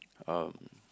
um